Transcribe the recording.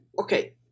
okay